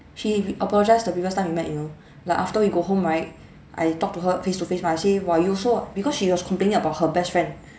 she apologised the previous time we met you know like after we go home right I talked to her face to face mah I say !wah! you so because she was complaining about her best friend